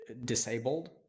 disabled